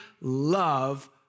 love